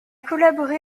collaboré